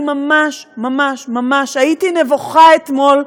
אני ממש ממש ממש הייתי נבוכה אתמול.